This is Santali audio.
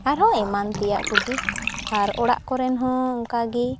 ᱟᱨᱦᱚᱸ ᱮᱢᱟᱱ ᱛᱮᱭᱟ ᱠᱩᱜᱤ ᱟᱨ ᱚᱲᱟᱜ ᱠᱚᱨᱮᱱ ᱦᱚᱸ ᱚᱱᱠᱟᱜᱮ